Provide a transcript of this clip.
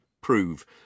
prove